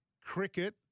Cricket